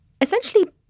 essentially